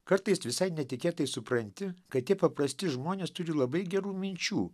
kartais visai netikėtai supranti kad tie paprasti žmonės turi labai gerų minčių